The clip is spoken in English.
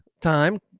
time